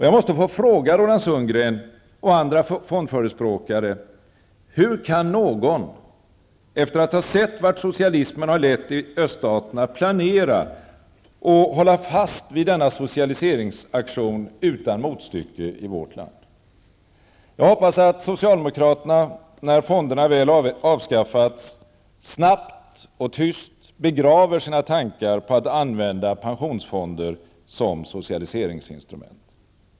Jag måste få fråga Roland Sundgren och andra fondförespråkare: Hur kan någon efter att ha sett vart socialismen har lett i öststaterna planera och hålla fast vid denna socialiseringsaktion utan motstycke i vårt land? Jag hoppas att socialdemokraterna, när fonderna väl avskaffats, snabbt och tyst begraver sina tankar på att använda pensionsfonder som socialiseringsinstrument.